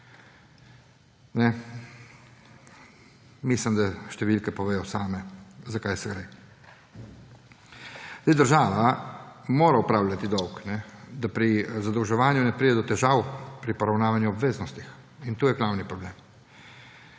Mislim, da številke povedo same, za kaj gre. Država mora upravljati dolg, da pri zadolževanju ne pride do težav pri poravnavanju obveznost in to je glavni problem.